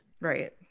right